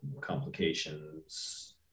complications